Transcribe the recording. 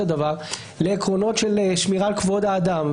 דבר לעקרונות של שמירה על כבוד האדם,